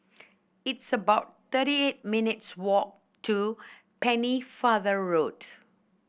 it's about thirty eight minutes' walk to Pennefather Road